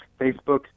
Facebook